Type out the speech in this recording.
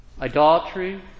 Idolatry